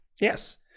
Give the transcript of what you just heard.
Yes